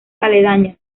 aledañas